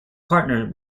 partner